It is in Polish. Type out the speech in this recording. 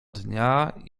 dnia